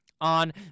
on